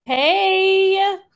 Hey